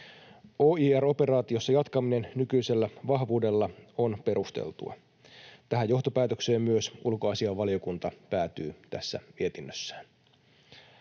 OIR-operaatiossa jatkaminen nykyisellä vahvuudella on perusteltua. Tähän johtopäätökseen myös ulkoasiainvaliokunta päätyy tässä mietinnössään.